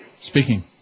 Speaking